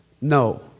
No